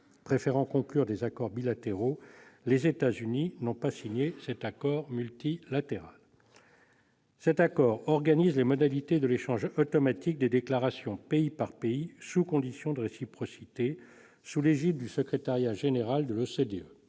Préférant conclure des accords bilatéraux, les États-Unis n'ont pas signé cet accord multilatéral. Cet accord organise les modalités de l'échange automatique des déclarations pays par pays sous condition de réciprocité, sous l'égide du secrétariat général de l'OCDE.